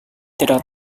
tidak